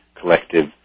collective